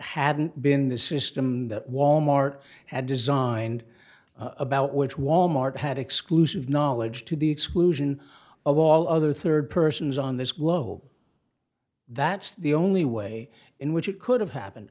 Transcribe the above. hadn't been the system that wal mart had designed about which wal mart had exclusive knowledge to the exclusion of all other third persons on this globe that's the only way in which it could have happened